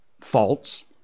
false